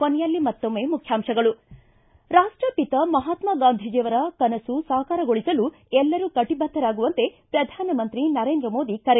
ಕೊನೆಯಲ್ಲಿ ಮತ್ತೊಮ್ನೆ ಮುಖ್ವಾಂಶಗಳು ಿ ರಾಷ್ಟಪಿತ ಮಹಾತ್ಮ ಗಾಂಧೀಜಿಯವರ ಕನಸು ಸಾಕಾರಗೊಳಿಸಲು ಎಲ್ಲರೂ ಕಟಿಬದ್ದರಾಗುವಂತೆ ಪ್ರಧಾನಮಂತ್ರಿ ನರೇಂದ್ರ ಮೋದಿ ಕರೆ